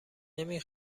نمی